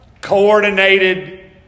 coordinated